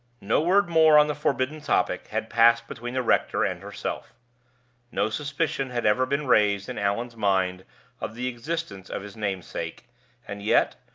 no word more on the forbidden topic had passed between the rector and herself no suspicion had ever been raised in allan's mind of the existence of his namesake and yet,